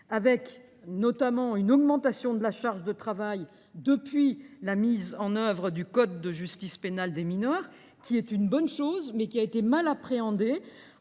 fait notamment d’une augmentation de la charge de travail depuis la mise en œuvre du code de la justice pénale des mineurs, qui est une bonne chose, mais dont l’effet